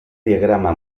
diagrama